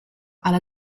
alla